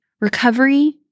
Recovery